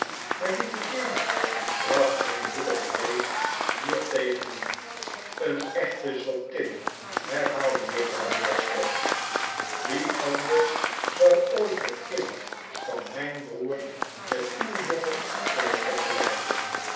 maar lieve jane bracht mijn moeder bedeesd hiertegen in een echte zottin herhaalde juffrouw murdstone wie anders zou ooit het kind van mijn broer met uw jongen kunnen vergelijken